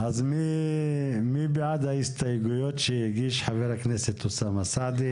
אז מי בעד ההסתייגויות שהגיש חבר הכנסת אוסאמה סעדי?